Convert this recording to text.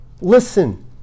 Listen